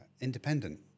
Independent